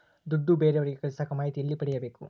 ದುಡ್ಡು ಬೇರೆಯವರಿಗೆ ಕಳಸಾಕ ಮಾಹಿತಿ ಎಲ್ಲಿ ಪಡೆಯಬೇಕು?